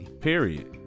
Period